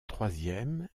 troisième